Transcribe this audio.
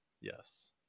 Yes